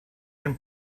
been